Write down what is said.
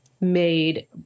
made